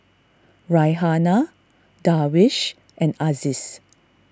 Raihana Darwish and Aziz